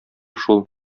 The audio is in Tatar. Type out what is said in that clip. шул